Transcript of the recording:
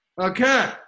okay